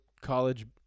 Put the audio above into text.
college